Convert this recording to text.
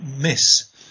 miss